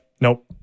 nope